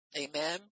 Amen